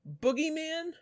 Boogeyman